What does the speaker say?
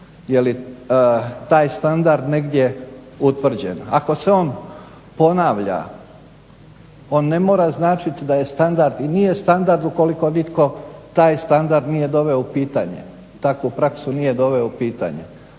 Je li taj standard negdje utvrđen? Ako se on ponavlja, on ne mora značiti da je standard i nije standard ukoliko nitko taj standard nije doveo u pitanje, takvu praksu nije doveo u pitanje.